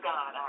God